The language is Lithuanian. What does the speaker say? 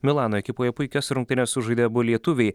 milano ekipoje puikias rungtynes sužaidė abu lietuviai